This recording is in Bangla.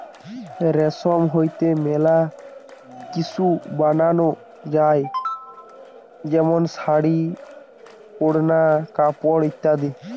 রেশম হইতে মেলা কিসু বানানো যায় যেমন শাড়ী, ওড়না, কাপড় ইত্যাদি